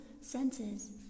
senses